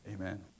Amen